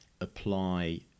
apply